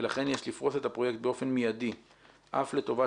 ולכן יש לפרוס את הפרויקט באופן מיידי אף לטובת